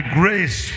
grace